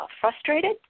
frustrated